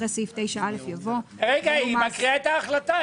אחרי סעיף 9א יבוא: רגע היא מקריאה את ההחלטה,